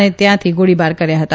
અને ત્યાંથી ગોળીબાર કર્યા હતા